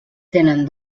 tenen